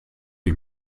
ich